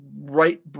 right